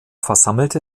versammelte